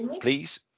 please